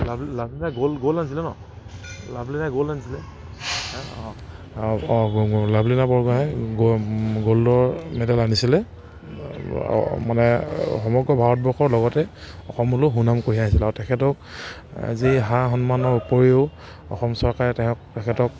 লাভ লাভলীনাই gold gold আনিছিলে ন লাভলীনাই গ'ল্ড আনিছিলে হেঁ অঁ অঁ লাভলীনা বৰগোহাঁই গ গ'ল্ডৰ মেডেল আনিছিলে মানে সমগ্ৰ ভাৰতবৰ্ষৰ লগতে অসমলৈ সুনাম কঢ়িয়াই আহিছিলে আৰু তেখেতক যি সা সন্মানৰ উপৰিও অসম চৰকাৰে তেওঁক তেখেতক